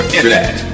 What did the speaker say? Internet